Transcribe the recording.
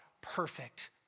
perfect